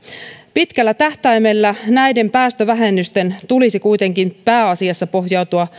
pitkällä tähtäimellä näiden päästövähennysten tulisi kuitenkin pohjautua